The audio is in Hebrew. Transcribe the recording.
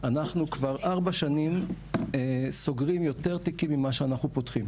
אנחנו כבר ארבע שנים סוגרים יותר תיקים ממה שאנחנו פותחים.